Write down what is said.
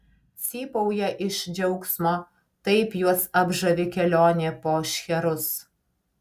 cypauja iš džiaugsmo taip juos apžavi kelionė po šcherus